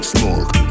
Smoke